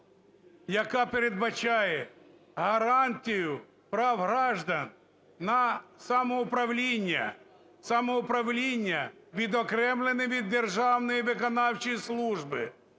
яка передбачає гарантію прав граждан на самоуправління, самоуправління відокремлене від державної виконавчої служби,